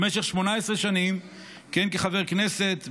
במשך 18 שנים כיהן כחבר הכנסת,